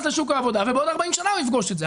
לשוק העבודה ובעוד 40 שנים הוא יפגוש את זה.